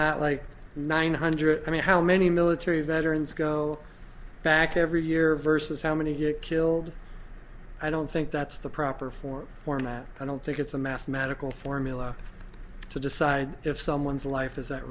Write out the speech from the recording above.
not like nine hundred i mean how many military veterans go back every year versus how many get killed i don't think that's the proper form form that i don't think it's a mathematical formula to decide if someone's life is at